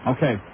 Okay